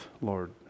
Lord